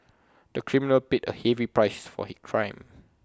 the criminal paid A heavy price for his crime